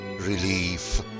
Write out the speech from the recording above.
Relief